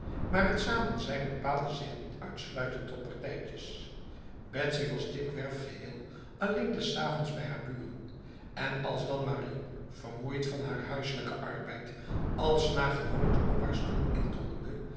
maar het samenzijn bepaalde zich niet uitsluitend tot partijtjes betsy was dikwerfgeheel alleen des avonds bij haar buren en als dan marie vermoeid van haar huiselijke arbeid als naar gewoonte op haar stoel